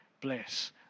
bless